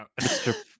Mr